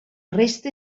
resta